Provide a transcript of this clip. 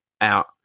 out